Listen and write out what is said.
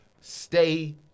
stay